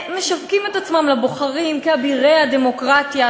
משווקים את עצמם לבוחרים כאבירי הדמוקרטיה,